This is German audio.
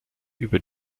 über